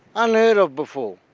unheard of before.